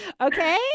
Okay